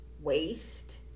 waste